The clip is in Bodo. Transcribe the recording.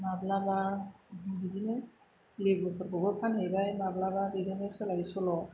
माब्लाबा बिदिनो लिबुफोरखौबो फानहैबाय माब्लाबा बेजोंनो सोलाय सोल'